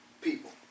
people